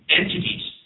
entities